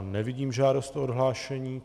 Nevidím žádost o odhlášení.